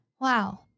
Wow